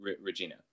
Regina